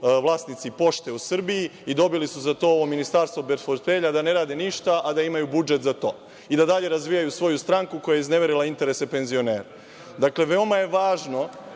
vlasnici Pošte u Srbiji i dobili su za to ovo ministarstvo bez portfelja, da ne rade ništa, a da imaju budžet za to i da dalje razvijaju svoju stranku koja je izneverila interese penzionera. Dakle, veoma je važno